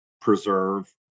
preserve